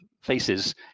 faces